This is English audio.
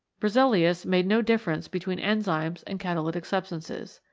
berzelius made no difference between enzymes and catalytic substances.